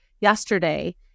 yesterday